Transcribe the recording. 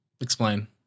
Explain